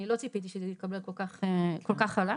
אני לא ציפיתי שזה יתקבל כל כך חלק.